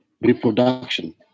reproduction